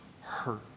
hurt